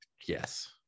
yes